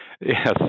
yes